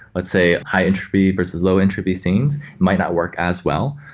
let's say high entropy versus low entropy scenes, might not work as well,